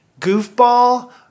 goofball